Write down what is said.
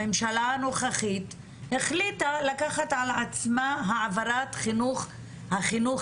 הממשלה הנוכחית החליטה לקחת על עצמה העברת החינוך